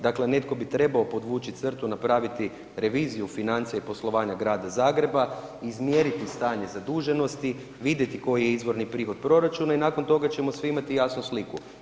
Dakle, netko bi trebao podvući crtu, napraviti reviziju financija i poslovanja Grada Zagreba, izmjeriti stanje zaduženosti, vidjeti koji je izvorni prihod proračuna i nakon toga ćemo svi imati jasnu sliku.